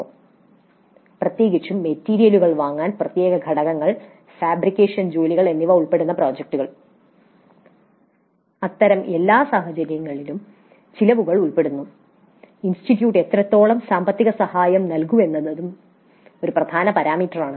" പ്രത്യേകിച്ചും മെറ്റീരിയലുകൾ വാങ്ങൽ പ്രത്യേക ഘടകങ്ങൾ ഫാബ്രിക്കേഷൻ ജോലികൾ എന്നിവ ഉൾപ്പെടുന്ന പ്രോജക്ടുകൾ അത്തരം എല്ലാ സാഹചര്യങ്ങളിലും ചെലവുകൾ ഉൾപ്പെടുന്നു ഇൻസ്റ്റിറ്റ്യൂട്ട് എത്രത്തോളം സാമ്പത്തിക സഹായം നൽകുന്നുവെന്നതും ഒരു പ്രധാന പരാമീറ്ററാണ്